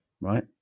Right